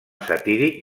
satíric